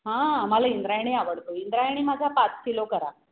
हां मला इंद्रायणी आवडतो इंद्रायणी माझा पाच किलो करा